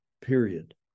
period